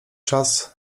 czas